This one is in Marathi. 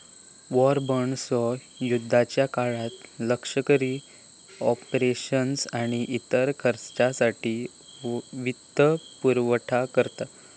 वॉर बॉण्ड्स ह्यो युद्धाच्या काळात लष्करी ऑपरेशन्स आणि इतर खर्चासाठी वित्तपुरवठा करता